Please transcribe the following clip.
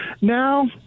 Now